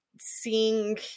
seeing